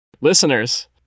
listeners